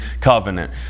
covenant